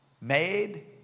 made